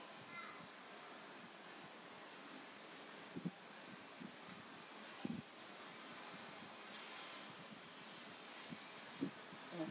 mm